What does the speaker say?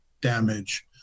damage